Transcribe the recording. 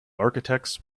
architects